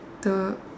the